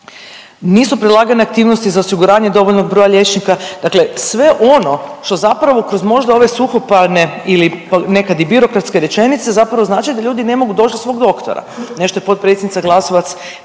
nisu predlagane aktivnosti za osiguranje dovoljnog broja liječnika, dakle sve ono što zapravo kroz možda ove suhoparne ili nekad i birokratske rečenice zapravo znači da ljudi ne mogu doć do svog doktora. Nešto je potpredsjednica Glasovac